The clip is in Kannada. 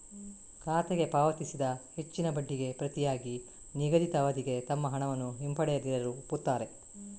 ಖಾತೆಗೆ ಪಾವತಿಸಿದ ಹೆಚ್ಚಿನ ಬಡ್ಡಿಗೆ ಪ್ರತಿಯಾಗಿ ನಿಗದಿತ ಅವಧಿಗೆ ತಮ್ಮ ಹಣವನ್ನು ಹಿಂಪಡೆಯದಿರಲು ಒಪ್ಪುತ್ತಾರೆ